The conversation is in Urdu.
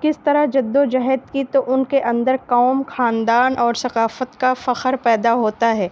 کس طرح جدوجہد کی تو ان کے اندر قوم خاندان اور ثقافت کا فخر پیدا ہوتا ہے